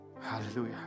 Hallelujah